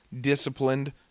disciplined